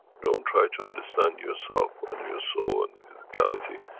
don't try to understand yourself and your soul, and the physicality.